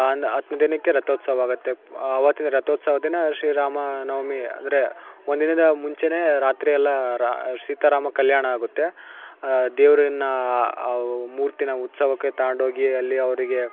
ಅಂದು ಹತ್ತನೆ ದಿನಕ್ಕೆ ರಥೋತ್ಸವ ಆಗುತ್ತೆ ಆವತ್ತಿನ ರಥೋತ್ಸವ ದಿನ ಶ್ರೀ ರಾಮನವಮಿ ಅಂದರೆ ಒಂದಿನದ ಮುಂಚೆ ರಾತ್ರಿಯೆಲ್ಲ ರಾ ಸೀತಾ ರಾಮ ಕಲ್ಯಾಣ ಆಗುತ್ತೆ ದೇವರನ್ನ ಮೂರ್ತಿನ ಉತ್ಸವಕ್ಕೆ ತಗೊಂಡೋಗಿ ಅಲ್ಲಿ ಅವರಿಗೆ